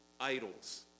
idols